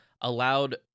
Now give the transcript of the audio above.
allowed